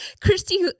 Christy